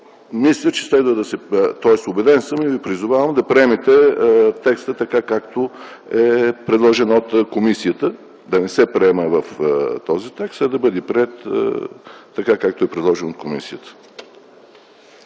Мисля, убеден съм и ви призовавам да приемете текста така, както е предложен от комисията. Да не се приема този текст, а да бъде приет така, както е предложен от комисията.